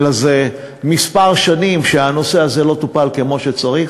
אלא זה כמה שנים שהנושא הזה לא מטופל כמו שצריך.